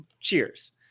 cheers